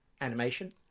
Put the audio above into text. animation